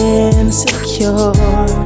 insecure